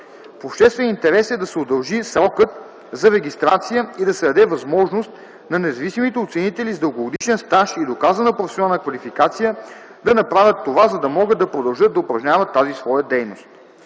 обществен интерес е да се удължи срокът за регистрация и да се даде възможност на независимите оценители с дългогодишен стаж и доказана професионална квалификация да направят това, за да могат да продължат да упражняват тази своя дейност.